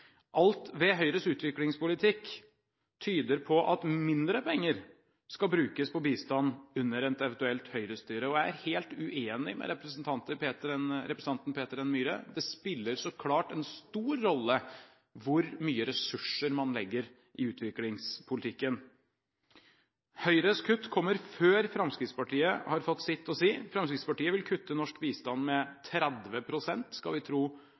Alt ved Høyres utviklingspolitikk tyder på at mindre penger skal brukes på bistand under et eventuelt Høyre-styre. Og jeg er helt uenig med representanten Peter N. Myhre: Det spiller så klart en stor rolle hvor mye ressurser man legger i utviklingspolitikken. Høyres kutt kommer før Fremskrittspartiet har fått sitt å si. Fremskrittspartiet vil kutte norsk bistand med 30 pst., skal vi tro